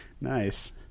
nice